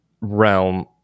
realm